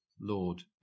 Lord